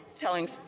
telling